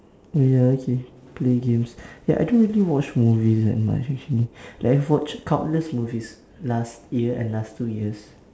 oh ya okay play games ya I don't really watch movies that much actually like I've watched countless movies last year and last two years